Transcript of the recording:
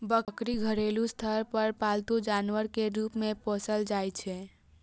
बकरी घरेलू स्तर पर पालतू जानवर के रूप मे पोसल जाइ छै